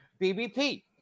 BBP